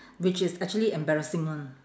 which is actually embarrassing [one]